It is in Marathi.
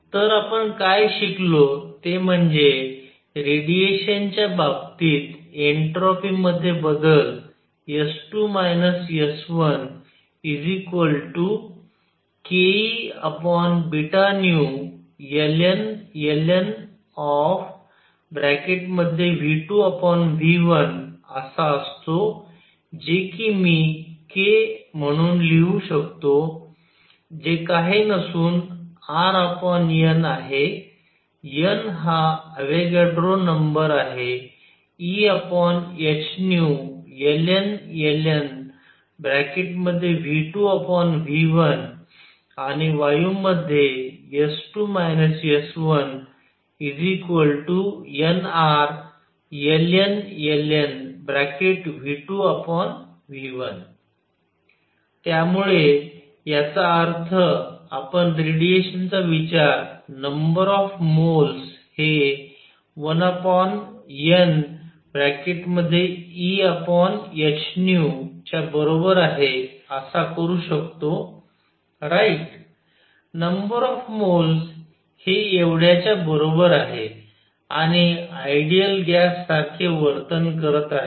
तर आपण काय शिकलो ते म्हणजे रेडिएशनच्या बाबतीत एन्ट्रोपीमध्ये बदल S2 S1 kEβνln V2V1 असा असतो जे कि मी k म्हणून लिहू शकतो जे काही नसून Rn आहे n हा अवोगाड्रो नंबर आहेEhνln V2V1 आणि वायूं मध्ये S2 S1nRln V2V1 त्यामुळे याचा अर्थ आपण रेडिएशन चा विचार नंबर ऑफ मोल्स हे 1NEhν च्या बरोबर आहे असा करू शकतो राईट नंबर ऑफ मोल्स हे येवढ्याच्या बरोबर आहे आणि आइडिअल गॅस सारखे वर्तन करत आहे